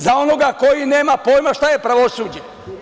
Za onoga ko nema pojma šta je pravosuđe.